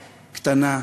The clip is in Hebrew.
קטנה,